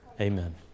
Amen